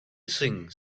hissing